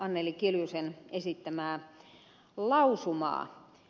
anneli kiljusen esittämää lausumaa